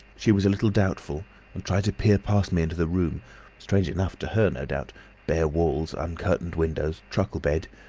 she was a little doubtful and tried to peer past me into the room strange enough to her no doubt bare walls, uncurtained windows, truckle-bed,